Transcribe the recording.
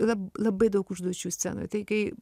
lab labai daug užduočių scenoj tai kai